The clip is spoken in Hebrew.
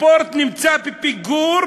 הספורט נמצא בפיגור